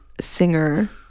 singer